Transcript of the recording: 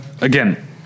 again